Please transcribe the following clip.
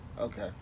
Okay